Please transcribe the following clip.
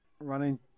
Running